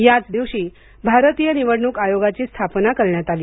याच दिवशी भारतीय निवडणूक आयोगाची स्थापना करण्यात आली